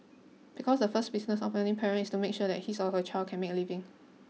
because the first business of any parent is to make sure that his or her child can make a living